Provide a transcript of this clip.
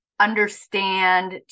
understand